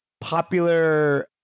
popular